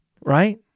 right